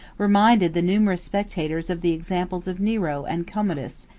reminded the numerous spectators of the examples of nero and commodus,